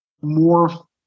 more